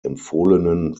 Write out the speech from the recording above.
empfohlenen